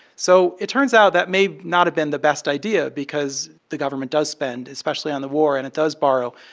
so it turns out that may not have been the best idea because the government does spend, especially on the war, and it does borrow.